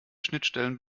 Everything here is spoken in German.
schnittstellen